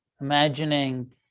imagining